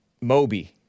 Moby